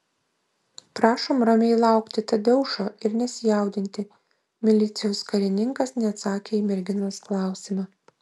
prašom ramiai laukti tadeušo ir nesijaudinti milicijos karininkas neatsakė į merginos klausimą